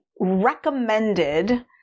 recommended